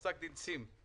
פס"ד צים,